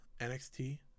NXT